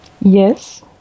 Yes